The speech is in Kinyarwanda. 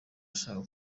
ashaka